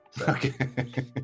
Okay